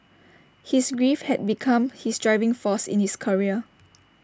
his grief had become his driving force in his career